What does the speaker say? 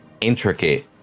intricate